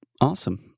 Awesome